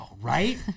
right